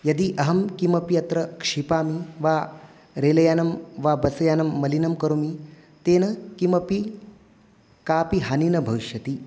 यदि अहं किमपि अत्र क्षिपामि वा रेलयानं वा बस्यानं मलिनं करोमि तेन किमपि कापि हानिः न भविष्यति